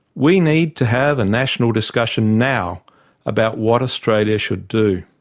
we need to have a national discussion now about what australia should do.